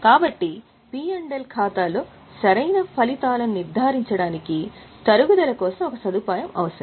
కాబట్టి పి మరియు ఎల్ ఖాతాలో సరైన ఫలితాలను నిర్ధారించడానికి తరుగుదల కోసం ఒక సదుపాయం అవసరం